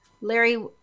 Larry